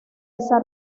esa